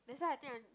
that's why I think I